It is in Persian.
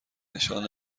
نشان